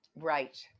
Right